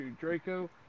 Draco